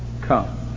Come